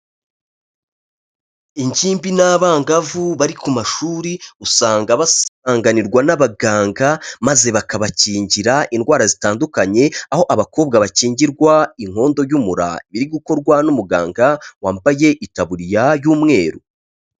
Ingimbi n'abangavu bari ku mashuri, usanga basanganirwa n'abaganga, maze bakabakingira indwara zitandukanye, aho abakobwa bakingirwa inkondo y'umura biri gukorwa n'umuganga, wambaye itaburiya y'umweru.